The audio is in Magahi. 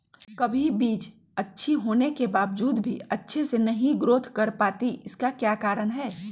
कभी बीज अच्छी होने के बावजूद भी अच्छे से नहीं ग्रोथ कर पाती इसका क्या कारण है?